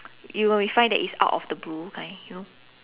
you will find that it's out of the blue kind you know